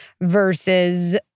versus